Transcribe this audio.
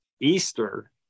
Easter